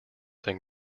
then